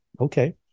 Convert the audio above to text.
Okay